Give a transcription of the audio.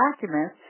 documents